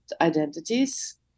identities